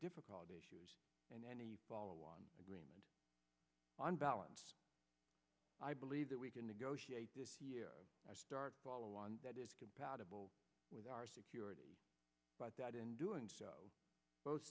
difficult issues and any follow on agreement on balance i believe that we can negotiate our star follow on that is compatible with our security but that in doing so both